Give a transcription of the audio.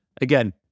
again